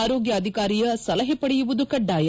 ಆರೋಗ್ಯ ಅಧಿಕಾರಿಯ ಸಲಹೆ ಪಡೆಯುವುದು ಕಡ್ಡಾಯ